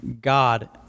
God